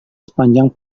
sepanjang